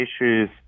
issues